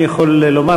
אני יכול לומר,